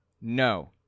No